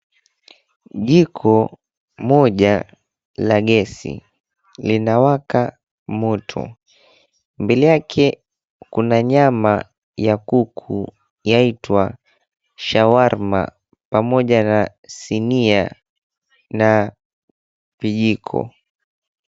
Jiko moja la gesi linawaka moto mbele yake kuna nyama ya kuku yaitwa shawarma pamoja na sinia na vijiko.